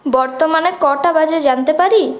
বর্তমানে কটা বাজে জানতে পারি